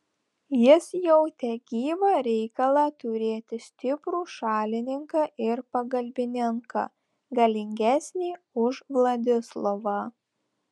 jis jautė gyvą reikalą turėti stiprų šalininką ir pagalbininką galingesnį už vladislovą